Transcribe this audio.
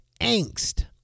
angst